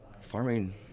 farming